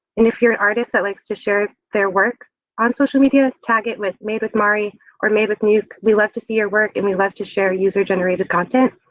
and if you're an artist that likes to share their work on social media, tag it with madewithmari or madewithnuke. we love to see your work and we love to share user generated content,